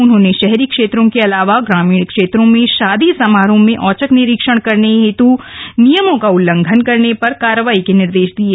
उन्होंने शहरी क्षेत्रों के अलावा ग्रामीण क्षेत्रों में शादी समारोह में औचक निरीक्षण करते हए नियमों का उल्लघंन करने पर कार्यवाही के निर्देश दिये